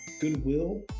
goodwill